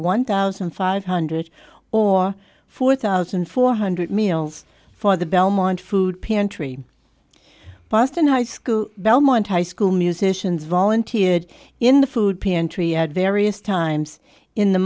one thousand five hundred or four thousand four hundred meals for the belmont food pantry boston high school belmont high school musicians volunteered in the food pantry ed various times in the